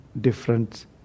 different